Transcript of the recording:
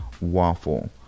waffle